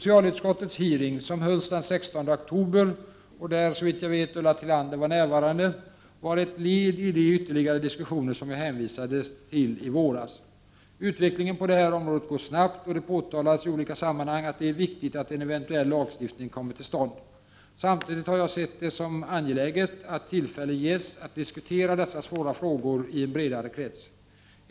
Socialutskottets hearing — som hölls den 16 oktober och där Ulla Tillander var närvarande — var ett led i de ytterligare diskussioner som jag hänvisade till i våras. Utvecklingen på det här området går snabbt, och det påtalas i olika sammanhang att det är viktigt att en eventuell lagstiftning kommer till stånd. Samtidigt har jag sett det som angeläget att tillfälle ges att diskutera dessa svåra frågor i en bredare krets.